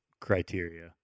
criteria